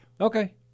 okay